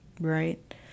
right